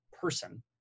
person